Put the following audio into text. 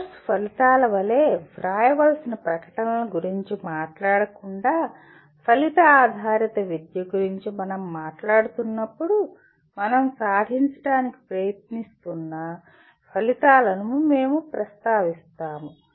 course ఫలితాల వలె వ్రాయవలసిన ప్రకటనల గురించి మాట్లాడకుండా ఫలిత ఆధారిత విద్య గురించి మనం మాట్లాడుతున్నప్పుడు మనం సాధించడానికి ప్రయత్నిస్తున్న ఫలితాలను మేము ప్రస్తావిస్తాము